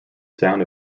sound